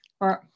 Right